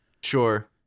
Sure